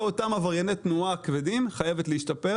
אותם עברייני תנועה כבדים חייבת להשתפר.